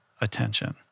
attention